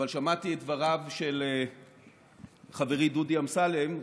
אבל שמעתי את דבריו של חברי דודי אמסלם.